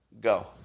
Go